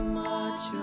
march